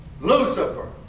Lucifer